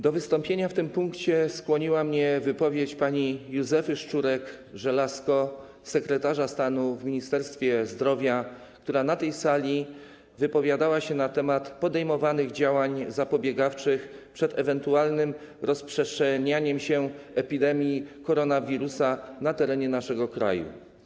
Do wystąpienia w tym punkcie skłoniła mnie wypowiedź pani Józefy Szczurek-Żelazko, sekretarza stanu w Ministerstwie Zdrowia, która na tej sali wypowiadała się na temat podejmowanych działań zapobiegawczych chroniących przed ewentualnym rozprzestrzenianiem się epidemii koronawirusa na terenie naszego kraju.